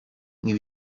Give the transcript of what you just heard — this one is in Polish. nie